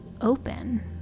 open